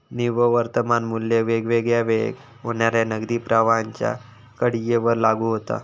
निव्वळ वर्तमान मू्ल्य वेगवेगळ्या वेळेक होणाऱ्या नगदी प्रवाहांच्या कडीयेवर लागू होता